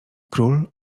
król